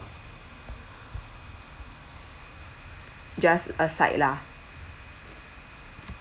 just a side lah